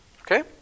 Okay